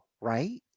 right